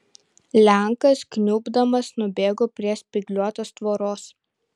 lenkas kniubdamas nubėgo prie spygliuotos tvoros